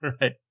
Right